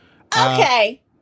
Okay